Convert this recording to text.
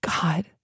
God